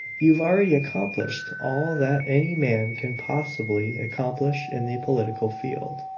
you've already accomplished all that any man can possible accomplish in the political field.